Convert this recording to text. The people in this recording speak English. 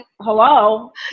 hello